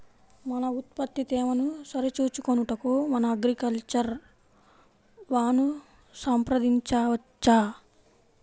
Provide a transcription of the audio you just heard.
మన ఉత్పత్తి తేమను సరిచూచుకొనుటకు మన అగ్రికల్చర్ వా ను సంప్రదించవచ్చా?